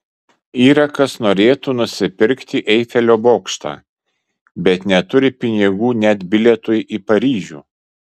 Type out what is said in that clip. yra kas norėtų nusipirkti eifelio bokštą bet neturi pinigų net bilietui į paryžių